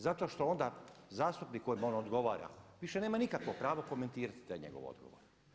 Zato što onda zastupnik kojemu on odgovara više nema nikakvo pravo komentirati taj njegov odgovor.